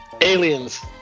aliens